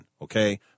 okay